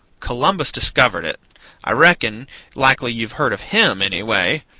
columbus discovered it i reckon likely you've heard of him, anyway.